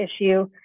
issue